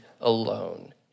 alone